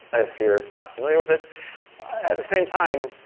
ah if you're not familiar with it at the same time,